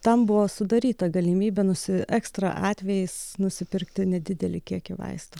tam buvo sudaryta galimybė nusi ekstra atvejais nusipirkti nedidelį kiekį vaistų